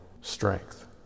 strength